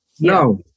No